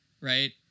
right